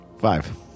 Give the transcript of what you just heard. Five